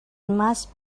must